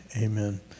Amen